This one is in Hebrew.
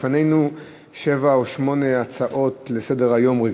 לפנינו שבע או שמונה הצעות רגילות לסדר-היום.